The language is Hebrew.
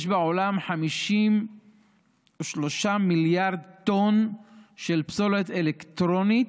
יש בעולם 53 מיליארד טונות של פסולת אלקטרונית,